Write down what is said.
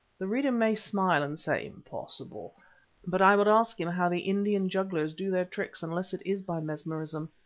the reader may smile and say, impossible but i would ask him how the indian jugglers do their tricks unless it is by mesmerism.